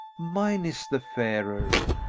mine is the fairer.